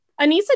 Anissa